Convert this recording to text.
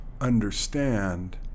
understand